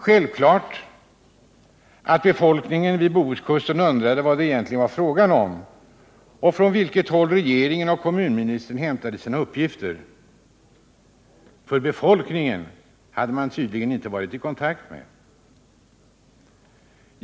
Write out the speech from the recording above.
Självklart är att befolkningen vid Bohuskusten undrade vad det egentligen var fråga om och från vilket håll regeringen och kommunministern hämtade sina uppgifter. Befolkningen hade man tydligen inte varit i kontakt med.